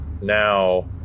now